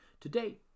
Today